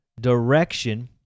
Direction